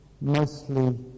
mostly